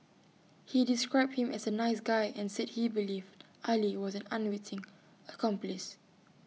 he described him as A nice guy and said he believed Ali was an unwitting accomplice